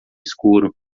escuro